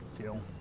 feel